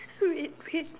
wait wait